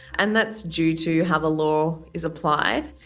and that's due to how the law is applied.